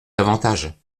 davantage